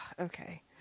okay